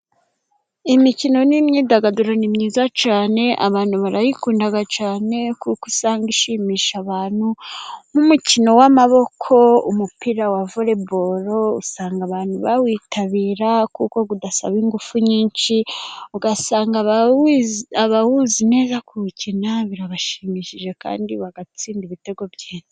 Imikino n'imyidagaduro ni myiza cyane, abantu barayikunda cyane kuko usanga ishimisha abantu, nk'umukino w'amaboko umupira wa voreboro usanga abantu bawitabira, kuko udasaba ingufu nyinshi usanga abawuzi neza kuwukina, birabashimishije kandi batsinda ibitego byiza.